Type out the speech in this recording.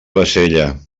bassella